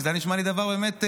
כי זה נשמע לי דבר באמת הזוי.